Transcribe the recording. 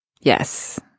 Yes